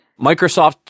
Microsoft